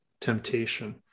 temptation